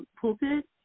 pulpit